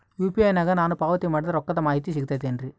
UPI ನಾಗ ನಾನು ಪಾವತಿ ಮಾಡಿದ ರೊಕ್ಕದ ಮಾಹಿತಿ ಸಿಗುತೈತೇನ್ರಿ?